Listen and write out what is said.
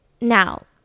Now